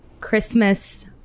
Christmas